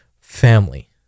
family